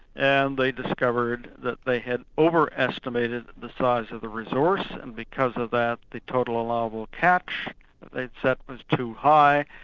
and they discovered that they had overestimated the size of the resource, and because of that the total allowable catch that they'd set was too high,